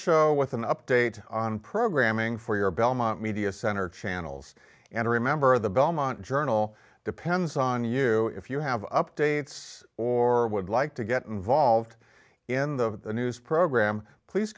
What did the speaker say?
show with an update on programming for your belmont media center channels and remember of the belmont journal depends on you if you have updates or would like to get involved in the news program please